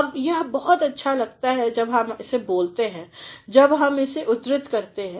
अब यह बहुत अच्छा लगता है जब हम इसे बोलते हैं जब हम इसे उद्धृत करते हैं